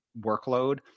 workload